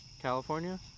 california